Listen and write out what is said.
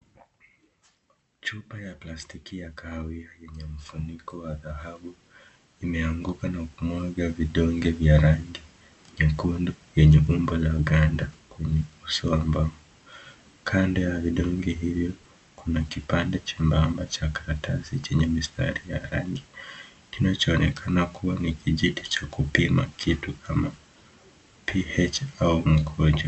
Chupa ya plastiki ya kawaida lenye kifuniko la dhahabu, imeanguka na vidonge ya rangi nyekundu, lenye mumba la ganda, Kando ya vidonge hivyo kuna kipande chembamba cha karatasi, Chemistari ya rangi kinacho onekana nikijiti cha kupima kitu PH au mkojo.